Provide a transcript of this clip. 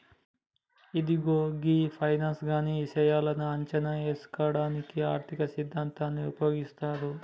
ఇదిగో గీ ఫైనాన్స్ కానీ ఇషాయాలను అంచనా ఏసుటానికి ఆర్థిక సిద్ధాంతాన్ని ఉపయోగిస్తారు